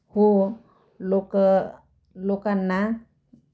हो लोक लोकांना